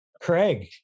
Craig